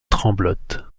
tremblote